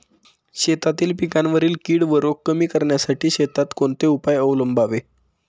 शेतातील पिकांवरील कीड व रोग कमी करण्यासाठी शेतात कोणते उपाय अवलंबावे?